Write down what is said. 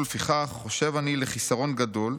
ולפיכך חושב אני לחיסרון גדול,